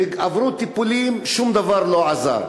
הם עברו טיפולים, שום דבר לא עזר.